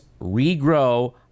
regrow